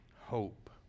hope